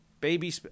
baby